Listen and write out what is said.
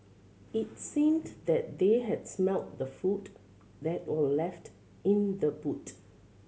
it seemed that they had smelt the food that were left in the boot